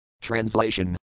Translation